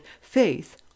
faith